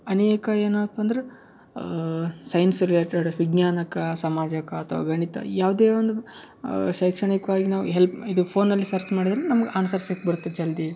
ಅನೇಕ ಏನಪ್ಪ ಅಂದ್ರೆ ಸೈನ್ಸ್ ರಿಲೇಟೆಡ್ ವಿಜ್ಞಾನಕ್ಕೆ ಸಮಾಜಕ್ಕೆ ಅಥ್ವಾ ಗಣಿತ ಯಾವುದೇ ಒಂದು ಶೈಕ್ಷಣಿಕವಾಗಿ ನಾವು ಹೆಲ್ಪ್ ಇದು ಫೋನಲ್ಲಿ ಸರ್ಚ್ ಮಾಡಿದ್ರೂ ನಮಗೆ ಆನ್ಸರ್ ಸಿಕ್ಬಿಡತ್ತೆ ಜಲ್ದಿ